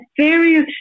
various